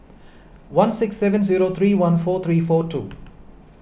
one six seven zero three one four three four two